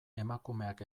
emakumeak